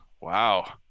wow